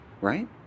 right